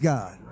God